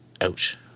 Ouch